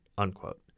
unquote